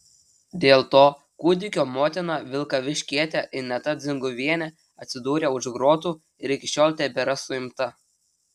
dėl to kūdikio motina vilkaviškietė ineta dzinguvienė atsidūrė už grotų ir iki šiol tebėra suimta